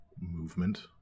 movement